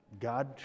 God